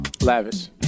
Lavish